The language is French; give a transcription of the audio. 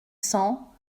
cents